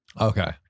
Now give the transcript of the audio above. Okay